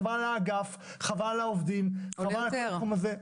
חבל על האגף, חבל על העובדים, חבל על התחום הזה.